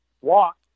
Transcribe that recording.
walk